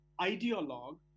ideologue